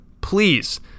please